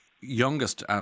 youngest